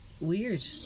weird